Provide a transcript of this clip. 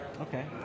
Okay